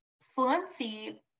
fluency